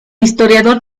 historiador